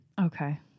Okay